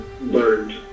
learned